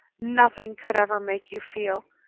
nothing could ever make you feel.